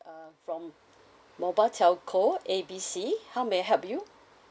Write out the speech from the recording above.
uh from mobile telco A B C how may I help you